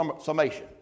summation